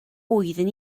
wyddwn